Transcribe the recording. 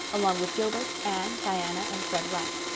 along with gilbert, anne, diana, and fred wright.